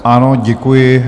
Ano, děkuji.